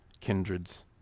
kindreds